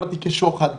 תיקי שוחד,